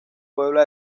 puebla